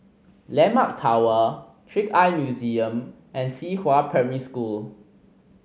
Landmark Tower Trick Eye Museum and Qihua Primary School